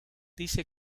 dice